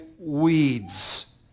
weeds